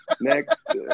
Next